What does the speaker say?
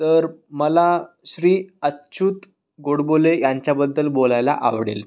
तर मला श्री अच्युत गोडबोले यांच्याबद्दल बोलायला आवडेल